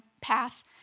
path